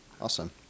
awesome